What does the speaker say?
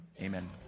Amen